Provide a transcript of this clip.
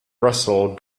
russell